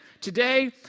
today